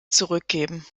zurückgeben